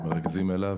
מרכזים אליו,